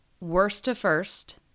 worst-to-first